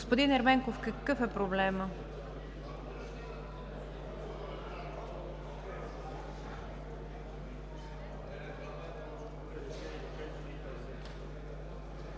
Господин Ерменков, какъв е проблемът?